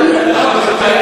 הערבים אצלה בסדר.